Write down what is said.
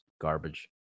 garbage